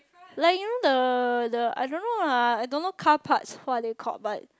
like you know the the I don't know lah I don't know car parts what are they called but